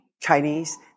Chinese